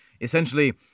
Essentially